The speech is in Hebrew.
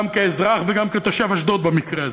גם כאזרח וגם כתושב אשדוד, במקרה הזה.